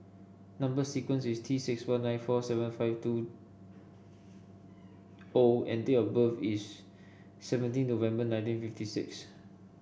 number sequence is T six one nine four seven five two O and date of birth is seventeen November nineteen fifty six